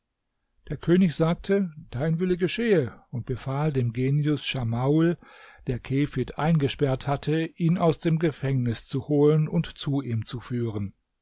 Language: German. der könig sagte dein wille geschehe und befahl dem genius schamauel der kefid eingesperrt hatte ihn aus dem gefängnis zu holen und zu ihm zu führen